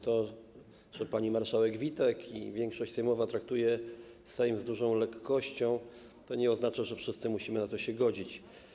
To, że pani marszałek Witek i większość sejmowa traktują Sejm z dużą lekkością, nie oznacza, że wszyscy musimy się na to godzić.